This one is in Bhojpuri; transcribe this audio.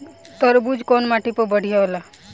तरबूज कउन माटी पर बढ़ीया होला?